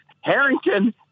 Harrington